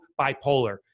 bipolar